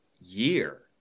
year